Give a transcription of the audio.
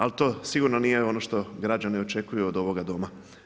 Ali, to sigurno nije ono što građani očekuju od ovoga Doma.